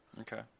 Okay